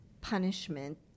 punishment